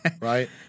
right